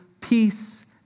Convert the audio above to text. peace